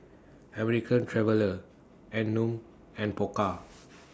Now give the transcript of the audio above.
American Traveller Anmum and Pokka